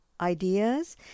ideas